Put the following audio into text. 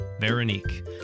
Veronique